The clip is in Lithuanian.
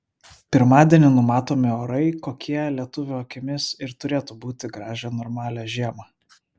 pirmadienį numatomi orai kokie lietuvio akimis ir turėtų būti gražią normalią žiemą